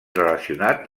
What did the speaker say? relacionat